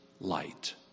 light